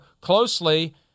closely